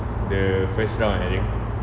the first round I think